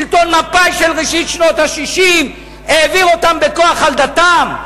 שלטון מפא"י של ראשית שנות ה-60 העביר אותם בכוח על דתם.